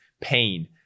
pain